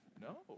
No